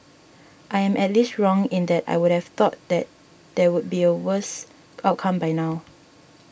I am at least wrong in that I would have thought that there would be a worse outcome by now